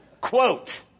Quote